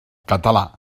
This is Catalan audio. català